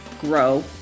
grow